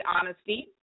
honesty